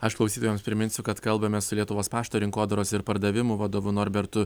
aš klausytojams priminsiu kad kalbamės su lietuvos pašto rinkodaros ir pardavimų vadovu norbertu